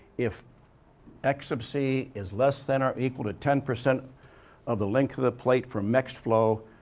if x sub c is less than or equal to ten percent of the length of the plate from mixed flow,